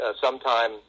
sometime